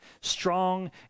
Strong